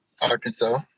arkansas